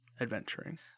adventuring